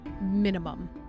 Minimum